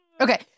Okay